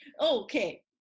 Okay